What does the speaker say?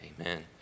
Amen